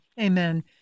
amen